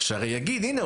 שהרי יגיד "הנה,